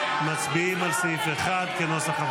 סעיף 1, כהצעת